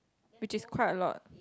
which is quite a lot